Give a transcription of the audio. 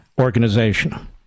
organization